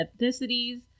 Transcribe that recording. ethnicities